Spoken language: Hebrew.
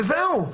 וזהו.